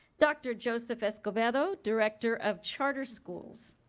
dr. joseph escobedo, director of charter schools,